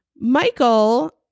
Michael